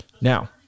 Now